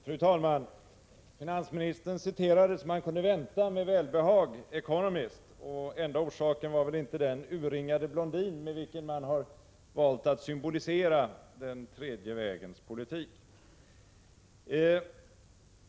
Fru talman! Finansministern citerade, som man kunde vänta, med välbehag The Economist. Den enda orsaken var väl inte den urringade blondin med vilken man har valt att symbolisera den tredje vägens politik.